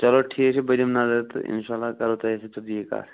چلو ٹھیٖک چھُ بہٕ دِمہٕ نظر تہٕ اِنشاء اللہ کَرو تۄہہِ سۭتۍ سُہ بیٚیہِ کَتھ